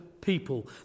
people